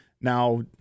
now